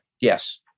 Yes